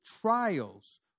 trials